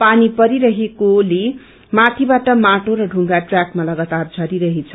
पानी परिरहेकोले माथिबाट माटो र ढुंगा ट्रयाकमा लगातार झरी रहेछ